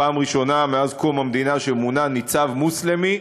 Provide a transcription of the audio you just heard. פעם ראשונה מאז קום המדינה שמונה ניצב מוסלמי,